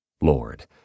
Lord